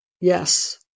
yes